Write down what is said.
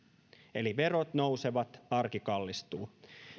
eli verot nousevat arki kallistuu